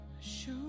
Show